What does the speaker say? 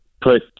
put